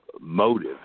motive